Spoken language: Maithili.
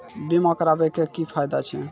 बीमा कराबै के की फायदा छै?